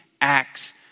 acts